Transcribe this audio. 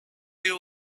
you